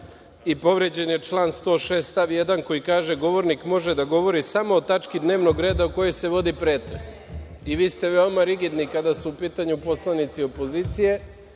i povređen je član 106. stav 1. koji kaže – govornik može da govori samo o tački dnevnog reda o kojoj se vodi pretres i vi ste veoma rigidni kada su u pitanju poslanici opozicije.Međutim,